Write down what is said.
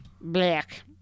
Black